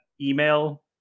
email